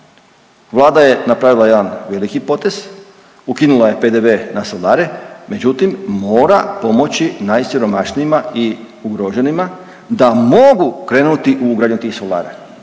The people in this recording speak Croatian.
vlada je napravila jedan veliki potez, ukinula je PDV na solare, međutim mora pomoći najsiromašnijima i ugroženima da mogu krenuti u ugradnju tih solara.